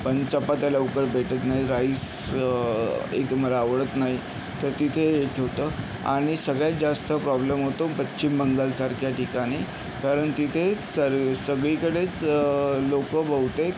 पण चपात्या लवकर भेटत नाही राईस एक तर मला आवडत नाही तर तिथे एक होतं आणि सगळ्यात जास्त प्रॉब्लेम होतो पश्चिम बंगालसारख्या ठिकाणी कारण तिथेच सर्व सगळीकडेच लोकं बहुतेक